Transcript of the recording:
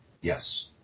Yes